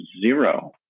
zero